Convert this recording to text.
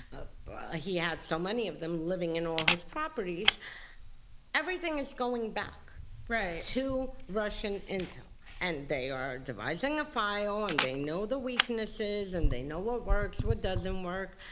ah ah he had so many of them living in all his properties everything is going back right to russian intel and they are devising a file, and they know the weaknesses, and they know what works, what doesn't work.